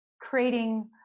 creating